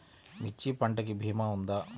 మిర్చి పంటకి భీమా ఉందా?